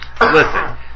listen